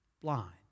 Blind